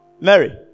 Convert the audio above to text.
Mary